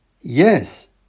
Yes